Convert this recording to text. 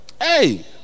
Hey